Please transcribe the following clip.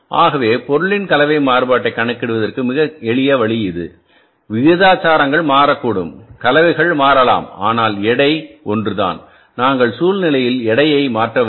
ஆகவேபொருள் கலவை மாறுபாட்டைக் கணக்கிடுவதற்கான மிக எளிய வழி இது விகிதாச்சாரங்கள் மாறக்கூடும் கலவைகள் மாறலாம் ஆனால் எடை ஒன்றுதான் நாங்கள்சூழ்நிலையில் எடையை மாற்றவில்லை